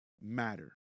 matter